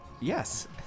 Yes